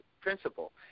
principle